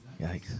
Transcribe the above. yikes